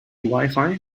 wifi